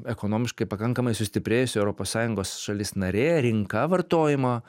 ekonomiškai pakankamai sustiprėjusi europos sąjungos šalis narė rinka vartojimo